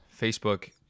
Facebook